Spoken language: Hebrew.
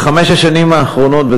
בחמש השנים האחרונות,